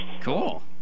Cool